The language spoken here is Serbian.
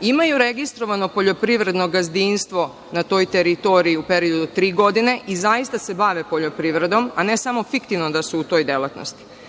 imaju registrovano poljoprivredno gazdinstvo na toj teritoriji u periodu od tri godine i zaista se bave poljoprivredom, a ne samo fiktivno da su u toj delatnosti. Nešto